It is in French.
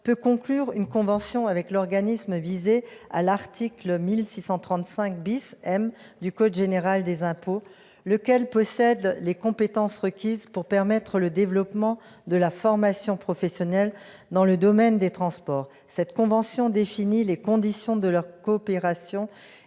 peut conclure une convention avec l'organisme visé à l'article 1635 M du code général des impôts, lequel possède les compétences requises pour permettre le développement de la formation professionnelle dans le domaine des transports. Cette convention définit les conditions de leur coopération